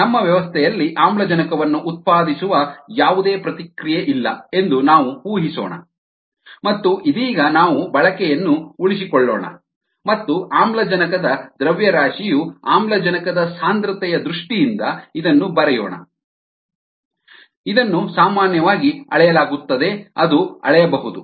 ನಮ್ಮ ವ್ಯವಸ್ಥೆಯಲ್ಲಿ ಆಮ್ಲಜನಕವನ್ನು ಉತ್ಪಾದಿಸುವ ಯಾವುದೇ ಪ್ರತಿಕ್ರಿಯೆಯಿಲ್ಲ ಎಂದು ನಾವು ಊಹಿಸೋಣ ಮತ್ತು ಇದೀಗ ನಾವು ಬಳಕೆಯನ್ನು ಉಳಿಸಿಕೊಳ್ಳೋಣ ಮತ್ತು ಆಮ್ಲಜನಕದ ದ್ರವ್ಯರಾಶಿಯು ಆಮ್ಲಜನಕದ ಸಾಂದ್ರತೆಯ ದೃಷ್ಟಿಯಿಂದ ಇದನ್ನು ಬರೆಯೋಣ ಇದನ್ನು ಸಾಮಾನ್ಯವಾಗಿ ಅಳೆಯಲಾಗುತ್ತದೆ ಅದು ಅಳೆಯಬಹುದು